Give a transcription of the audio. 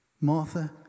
Martha